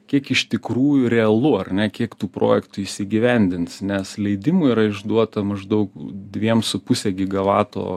kiek iš tikrųjų realu ar ne kiek tų projektų įsigyvendins nes leidimų yra išduota maždaug dviem su puse gigavato